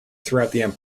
throughout